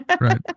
Right